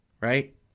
right